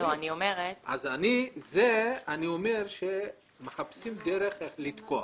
על זה אני אומר שמחפשים דרך איך לתקוע.